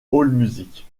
allmusic